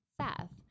Seth